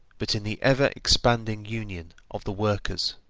but in the ever-expanding union of the workers.